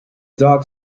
dog